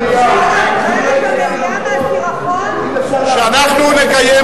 איזה ריח נהיה